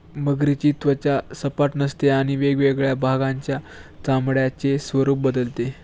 मगरीची त्वचा सपाट नसते आणि वेगवेगळ्या भागांच्या चामड्याचे स्वरूप बदलते